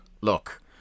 look